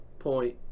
point